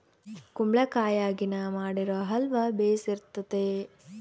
ಕುಂಬಳಕಾಯಗಿನ ಮಾಡಿರೊ ಅಲ್ವ ಬೆರ್ಸಿತತೆ